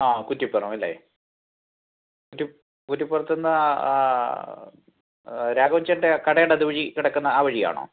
ആ കുറ്റിപ്പുറം അല്ലേ കുറ്റിപ്പുറത്തു നിന്ന് ആ ആ രാഖവൻ ചേട്ടൻ്റെ ആ കടയുടെ അതുവഴി കിടക്കുന്ന ആ വഴി ആണോ